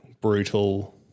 brutal